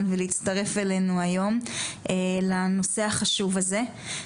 ולהצטרף אלינו היום לנושא החשוב הזה.